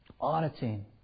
auditing